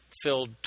filled